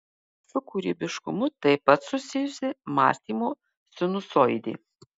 su kūrybiškumu taip pat susijusi mąstymo sinusoidė